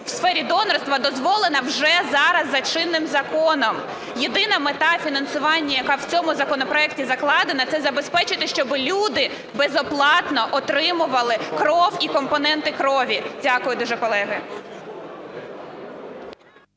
в сфері донорства дозволена вже зараз за чинним законом. Єдина мета – фінансування, яка в цьому законопроекті закладена, це забезпечити, щоби люди безоплатно отримували кров і компоненти крові. Дякую дуже, колеги.